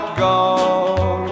gone